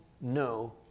no